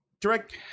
direct